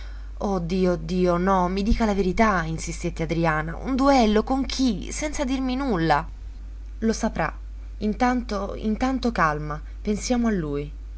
dio dio no mi dica la verità insistette adriana un duello con chi senza dirmi nulla lo saprà intanto intanto calma pensiamo a lui